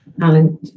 Alan